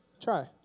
Try